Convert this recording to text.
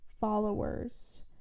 followers